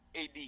AD